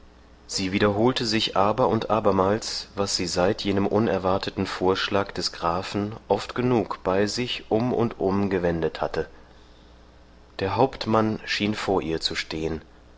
sie wiederholte sich aber und abermals was sie seit jenem unerwarteten vorschlag des grafen oft genug bei sich um und um gewendet hatte der hauptmann schien vor ihr zu stehen